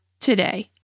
today